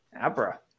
Abra